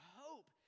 hope